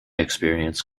experience